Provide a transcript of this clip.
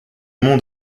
monts